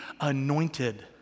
anointed